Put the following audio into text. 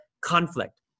conflict